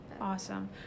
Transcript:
awesome